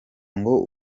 ngo